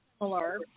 similar